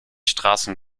straßen